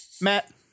Matt